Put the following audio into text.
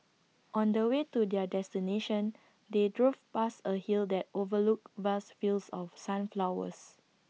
on the way to their destination they drove past A hill that overlooked vast fields of sunflowers